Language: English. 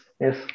Yes